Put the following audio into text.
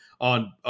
on